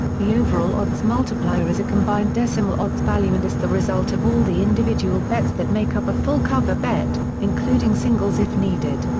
the overall odds multiplier is a combined decimal odds value and is the result of all the individual bets that make up a full cover bet, including singles if needed.